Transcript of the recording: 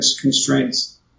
constraints